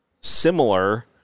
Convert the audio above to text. similar